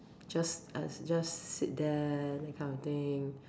just uh just sit there that kind of thing